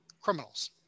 criminals